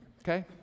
Okay